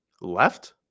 Left